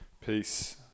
Peace